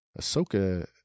Ahsoka